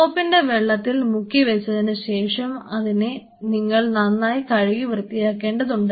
സോപ്പിന്റെ വെള്ളത്തിൽ മുക്കി വച്ചതിനുശേഷം ഇതിനെ നിങ്ങൾ നന്നായി കഴുകി വൃത്തിയാക്കേണ്ടതുണ്ട്